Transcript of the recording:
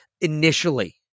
Initially